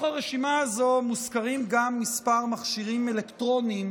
בתוך הרשימה הזו מוזכרים גם כמה מכשירים אלקטרוניים